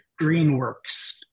Greenworks